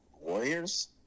Warriors